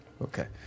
Okay